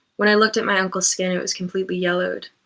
when i looked at my uncle's skin, it was completely yellowed.